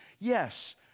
Yes